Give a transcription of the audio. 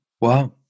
Wow